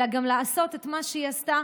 אלא גם לעשות את מה שהיא עשתה,